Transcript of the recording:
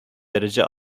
derece